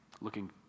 looking